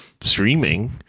streaming